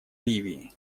ливии